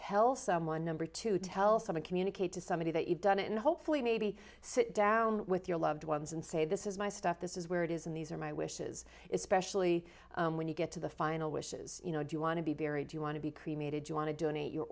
tell someone number two tell some and communicate to somebody that you've done it and hopefully maybe sit down with your loved ones and say this is my stuff this is where it is and these are my wishes is specially when you get to the final wishes you know do you want to be buried you want to be cremated you want to donate your